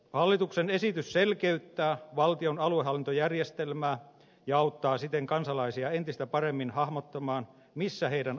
hallituksen esitys selkeyttää valtion aluehallintojärjestelmää ja auttaa siten kansalaisia entistä paremmin hahmottamaan missä heidän asioitaan käsitellään